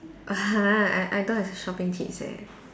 !huh! I I don't have shopping tips